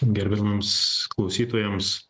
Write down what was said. gerbiamiems klausytojams